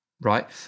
right